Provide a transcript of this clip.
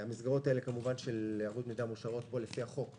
המסגרות האלה של ערבות המדינה מאושרות פה לפי החוק בוועדה.